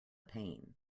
pain